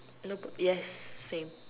no p~ yes same